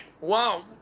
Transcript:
Wow